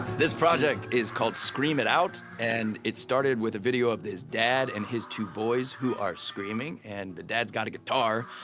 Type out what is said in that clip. this project is called scream it out and it started with a video of this dad and his two boys who are screaming, and the dad's got a guitar.